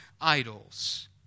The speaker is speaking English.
idols